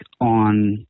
on